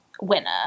winner